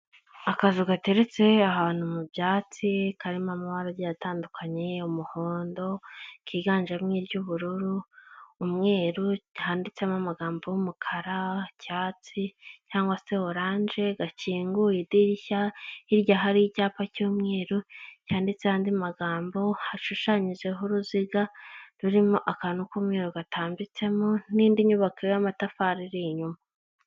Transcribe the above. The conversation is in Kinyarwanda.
Akazu gateretse ahantu mu byatsi karimo amara agiye atandukanye umuhondo kiganjemo iry'ubururu umweru handitsemo amagambo y'umukara icyatsi cyangwa se oranje gakinguye idirishya hirya hari icyapa cy'umweru cyanditseho andi magambo hashushanyijeho uruziga rurimo akantu k'umweru gatambitsemo n'indi nyubako y'amatafari iri inyuma.